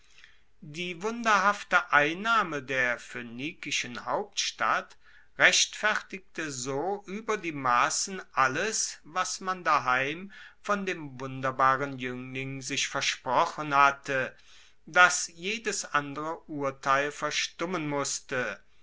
die wunderhafte einnahme der phoenikischen hauptstadt rechtfertigte so ueber die massen alles was man daheim von dem wunderbaren juengling sich versprochen hatte dass jedes andere urteil verstummen musste